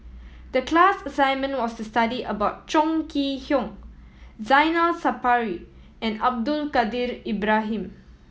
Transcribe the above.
the class assignment was to study about Chong Kee Hiong Zainal Sapari and Abdul Kadir Ibrahim